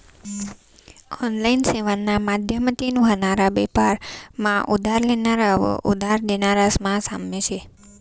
online सेवाना माध्यमतीन व्हनारा बेपार मा उधार लेनारा व उधार देनारास मा साम्य शे